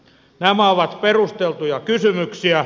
nämä ovat perusteltuja kysymyksiä